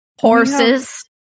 horses